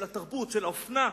של התרבות ושל האופנה.